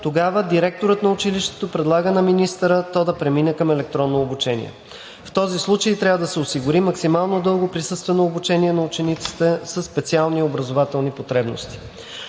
тогава директорът на училището предлага на министъра то да премине към електронно обучение. В този случай трябва да се осигури максимално дълго присъствено обучение на учениците със специални образователни потребности.